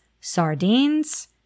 sardines